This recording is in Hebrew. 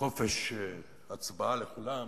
חופש הצבעה לכולם,